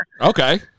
Okay